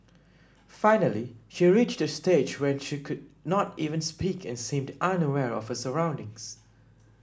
finally she reached a stage when she could not even speak and seemed unaware of her surroundings